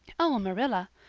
oh, marilla,